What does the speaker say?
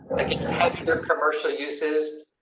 i can have either commercial uses.